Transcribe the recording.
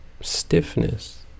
stiffness